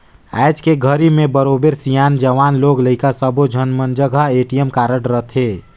आयज के घरी में बरोबर सियान, जवान, लोग लइका सब्बे झन मन जघा ए.टी.एम कारड रथे